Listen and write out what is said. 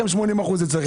זה.